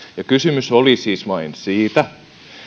kysymys oli siis vain siitä